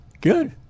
Good